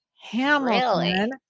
hamilton